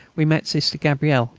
we met sister gabrielle,